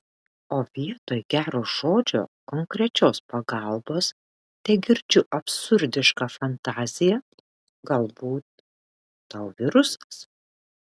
o vietoj gero žodžio konkrečios pagalbos tegirdžiu absurdišką fantaziją galbūt tau virusas